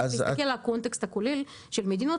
צריך להסתכל על הקונטקסט הכולל של מדינות,